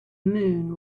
moon